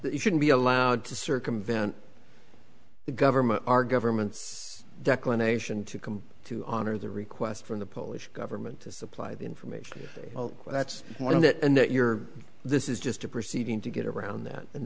that you shouldn't be allowed to circumvent the government our government declan nation to come to honor the request from the polish government to supply the information that's one of that and that your this is just a proceeding to get around that and